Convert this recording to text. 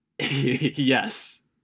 Yes